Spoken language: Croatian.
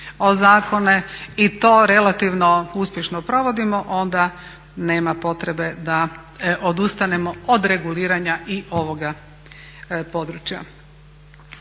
zakone i to relativno uspješno provodimo, onda nema potrebe da odustanemo od reguliranja i ovoga područja.